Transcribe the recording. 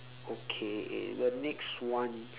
okay the next one